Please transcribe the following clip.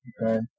Okay